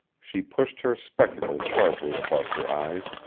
she pushed her spectacles sharply above her eyes,